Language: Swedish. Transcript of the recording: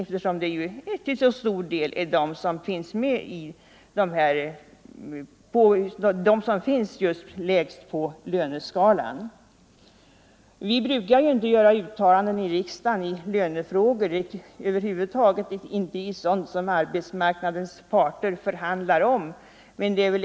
Det är ju i stor utsträckning just de som återfinns längst ner på löneskalan. I riksdagen brukar vi inte göra uttalanden i lönefrågor eller över huvud taget i sådana frågor som arbetsmarknadens parter förhandlar om, men .